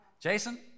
Jason